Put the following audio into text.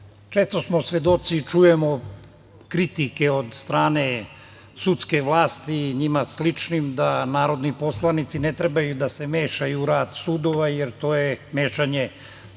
posao. Često smo svedoci i čujemo kritike od strane sudske vlasti, njima sličnim da narodni poslanici ne treba da se mešaju u rad sudova jer to je mešanje,